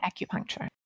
acupuncture